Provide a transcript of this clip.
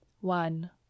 One